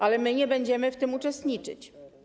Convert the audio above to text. Ale my nie będziemy w tym uczestniczyć.